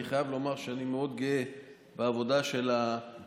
אני חייב לומר שאני מאוד גאה בעבודה של האופוזיציה,